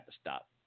stop